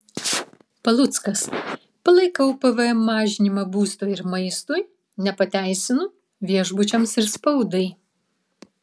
paluckas palaikau pvm mažinimą būstui ir maistui nepateisinu viešbučiams ir spaudai